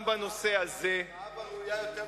גם בנושא הזה, הוא ראה בה יותר ראויה מנתניהו.